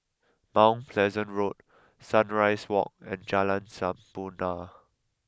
Mount Pleasant Road Sunrise Walk and Jalan Sampurna